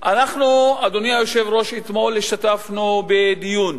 אדוני היושב-ראש, אתמול השתתפנו בדיון.